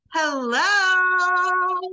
Hello